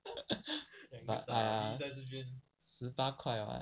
plus I ah 十八块 [what]